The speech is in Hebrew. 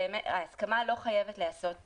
הסכמה לא חייבת להיעשות בכתב,